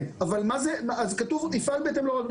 כן, אבל כתוב: יפעל בהתאם להנחיות המנהל.